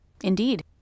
Indeed